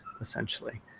essentially